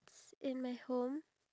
ya